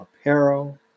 apparel